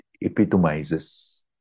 epitomizes